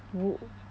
w~